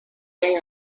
این